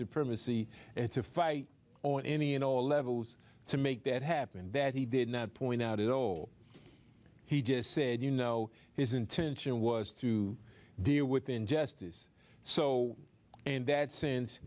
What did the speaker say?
supremacy and it's a fight on any and all levels to make that happen that he did not point out at all he just said you know his intention was to deal with injustice so that s